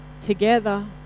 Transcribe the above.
together